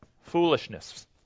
foolishness